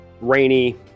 rainy